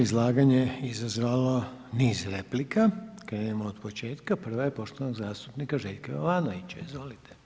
Vaše izlaganje izazvalo niz replika, krenimo od početka, prva je poštovanog zastupnika Željka Jovanovića, izvolite.